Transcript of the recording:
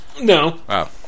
No